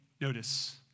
notice